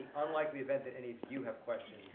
unlikely event that any of you have questions